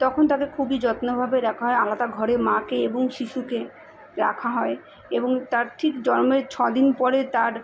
তখন তাকে খুবই যত্নভাবে রাখা হয় আলাদা ঘরে মাকে এবং শিশুকে রাখা হয় এবং তার ঠিক জন্মের ছ দিন পরে তার